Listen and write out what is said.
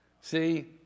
See